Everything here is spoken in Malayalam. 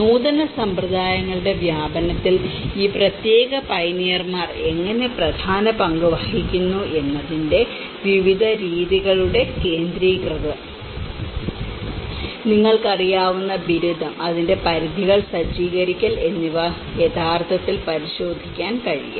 നൂതന സമ്പ്രദായങ്ങളുടെ വ്യാപനത്തിൽ ഈ പ്രത്യേക പയനിയർമാർ എങ്ങനെ ഒരു പ്രധാന പങ്ക് വഹിക്കുന്നു എന്നതിന്റെ വിവിധ രീതികളുടെ കേന്ദ്രീകൃതത നിങ്ങൾക്കറിയാവുന്ന ബിരുദം അതിന്റെ പരിധികൾ സജ്ജീകരിക്കൽ എന്നിവ യഥാർത്ഥത്തിൽ പരിശോധിക്കാൻ കഴിയും